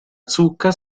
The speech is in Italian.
zucca